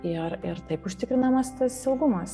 ir ir taip užtikrinamas saugumas